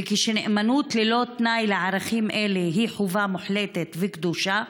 ושהנאמנות ללא תנאי לערכים אלה היא חובה מוחלטת וקדושה,